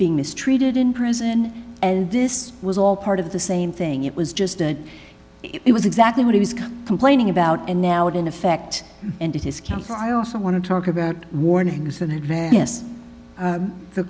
being mistreated in prison and this was all part of the same thing it was just that it was exactly what he was complaining about and now it in effect and his counsel i also want to talk about warnings in advance